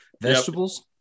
Vegetables